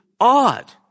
odd